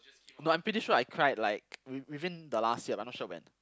no I'm pretty sure I cried like with within the last year but I'm not sure when